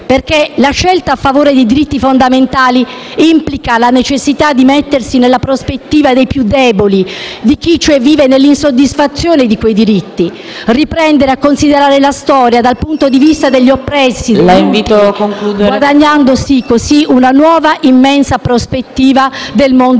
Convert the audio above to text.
La scelta a favore dei diritti fondamentali implica, infatti, anche la necessità di mettersi nella prospettiva dei più deboli, di chi, cioè, vive l'insoddisfazione di quei diritti. Riprendere a considerare la storia dal punto di vista degli oppressi, degli ultimi, guadagnando così una nuova immensa prospettiva del mondo umano.